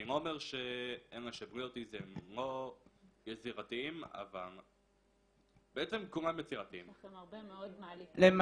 אני לא אומר שאין --- יצירתיים אבל בעצם כולם יצירתיים -- למשל,